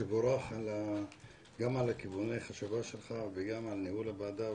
תבורך גם על כיווני החשיבה שלך וגם על ניהול הוועדה,